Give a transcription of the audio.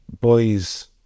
boys